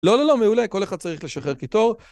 לא, לא, לא, מעולה, כל אחד צריך לשחרר קיטור.